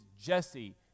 Jesse